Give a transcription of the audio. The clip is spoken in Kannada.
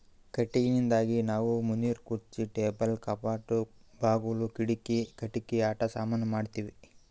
ಕಟ್ಟಿಗಿದಾಗ್ ನಾವ್ ಮನಿಗ್ ಖುರ್ಚಿ ಟೇಬಲ್ ಕಪಾಟ್ ಬಾಗುಲ್ ಕಿಡಿಕಿ ಕಟ್ಟಿಗಿ ಆಟ ಸಾಮಾನಿ ಮಾಡ್ತೀವಿ